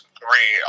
three